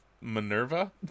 Minerva